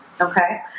Okay